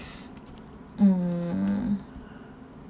mm